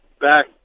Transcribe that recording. back